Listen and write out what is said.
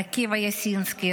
עקיבא יסינסקי,